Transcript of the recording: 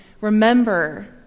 remember